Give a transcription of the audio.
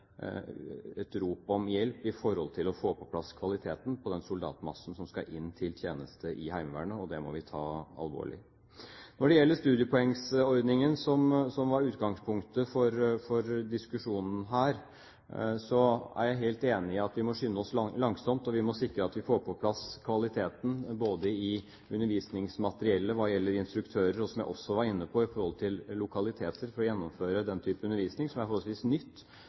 et rop om hjelp for å få på plass kvalitet på den soldatmassen som skal inn til tjeneste i Heimevernet. Det må vi ta alvorlig. Når det gjelder studiepoengordningen, som var utgangspunktet for diskusjonen her, er jeg helt enig i at vi må skynde oss langsomt. Vi må sikre at vi får på plass kvaliteten både i undervisningsmateriellet hva gjelder instruktører, og, som jeg også var inne på, lokalitetene for å gjennomføre den type undervisning, noe som er forholdsvis nytt